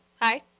Hi